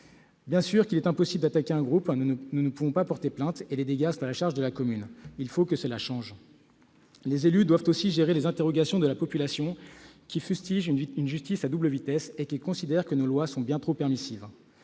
Bien sûr, puisqu'il est impossible d'attaquer un groupe, nous ne pouvons pas porter plainte, et les dégâts sont à la charge de la commune. Il faut que cela change ! Les élus doivent aussi gérer les interrogations de la population, qui fustige une justice à deux vitesses et qui considère que nos lois sont bien trop permissives.